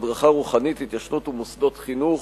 הדרכה רוחנית, התיישנות ומוסדות חינוך),